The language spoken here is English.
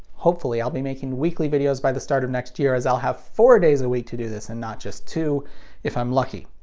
hopefully i'll be making weekly videos by the start of next year, as i'll have four days a week to do this, and not just two if i'm lucky.